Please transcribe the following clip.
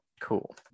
cool